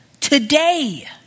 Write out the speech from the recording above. Today